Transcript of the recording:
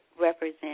represent